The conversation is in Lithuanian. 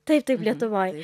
taip taip lietuvoj